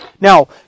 Now